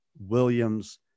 Williams